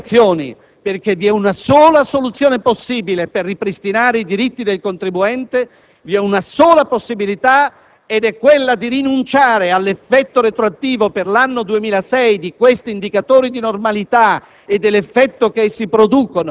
Per noi non ci sono mediazioni, perché vi è una sola soluzione possibile per ripristinare i diritti del contribuente, ed è quella di rinunciare all'effetto retroattivo per l'anno 2006 di questi indicatori di normalità